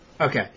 Okay